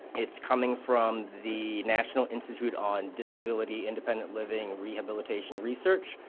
it's coming from the national institute on disability independent living rehabilitation research,